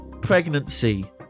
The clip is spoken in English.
pregnancy